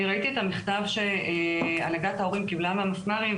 אני ראיתי את המכתב שהנהגת ההורים קיבלה מהמפמ"רים,